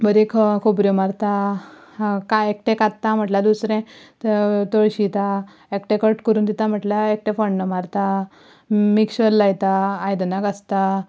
बरे ख खबऱ्यो मारता कांय एकटें खांत्ता म्हणल्यार दुसरें तळशीता एकटें कट करून दिता म्हणल्यार एकटें फोण्ण मारता मिक्सचर लायता आयदनां घांसता